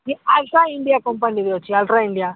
Altra India କମ୍ପାନୀରେ ଅଛି Ultra India